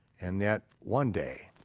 and that one day,